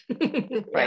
Right